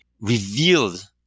revealed